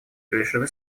лишены